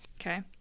Okay